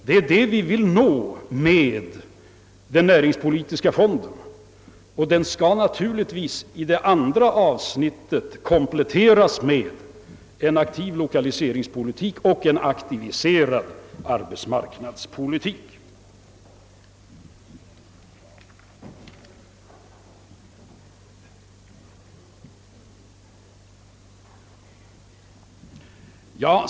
Det är detta vi vill nå med den näringspolitiska fonden, och den skall naturligtvis i det andra avsnittet kompletteras med en aktiv l1okaliseringspolitik och en aktiviserad arbetsmarknadspolitik.